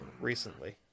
recently